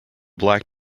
black